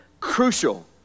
crucial